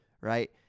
right